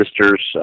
sisters